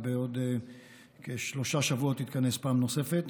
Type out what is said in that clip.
ובעוד כשלושה שבועות תתכנס פעם נוספת.